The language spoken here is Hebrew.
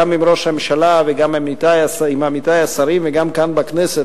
גם עם ראש הממשלה וגם עם עמיתי השרים וגם כאן בכנסת,